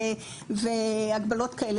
והגבלות כאלה.